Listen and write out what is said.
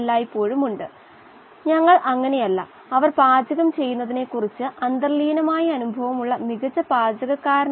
അലിഞ്ഞു ചേർന്ന ഓക്സിജൻ അല്ലെങ്കിൽ DO നമ്മൾ അടുത്തതായി നോക്കുന്നത് അതാണ് കൾച്ചറിലെ എയ്റോബിക് കോശങ്ങൾ ദ്രാവകത്തിലാണ്